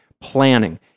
planning